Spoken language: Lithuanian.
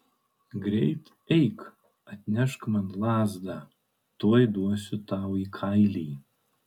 greit eik atnešk man lazdą tuoj duosiu tau į kailį